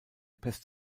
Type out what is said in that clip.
pest